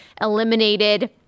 eliminated